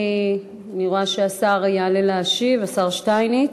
אני רואה שהשר יעלה להשיב, השר שטייניץ.